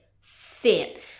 fit